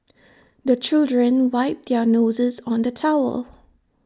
the children wipe their noses on the towel